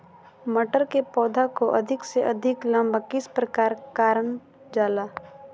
मटर के पौधा को अधिक से अधिक लंबा किस प्रकार कारण जाला?